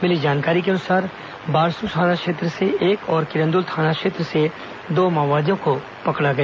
मिली जानकारी के अनुसार बारसूर थाना क्षेत्र से एक और किरंद्रल थाना क्षेत्र से दो माओवादियों को पकड़ा गया